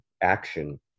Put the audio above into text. action